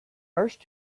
first